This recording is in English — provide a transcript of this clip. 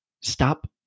stop